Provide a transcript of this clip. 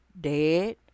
dead